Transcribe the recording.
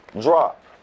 drop